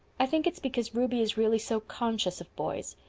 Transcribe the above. i think it's because ruby is really so conscious of boys.